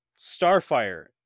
Starfire